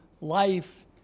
life